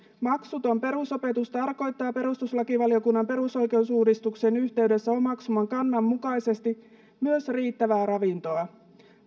maksuton perusopetus tarkoittaa perustuslakivaliokunnan perusoikeusuudistuksen yhteydessä omaksuman kannan mukaisesti myös riittävää ravintoa